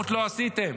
לא עשיתם.